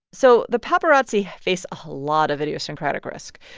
so the paparazzi face a lot of idiosyncratic risk,